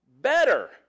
better